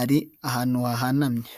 ari ahantu hahanamye.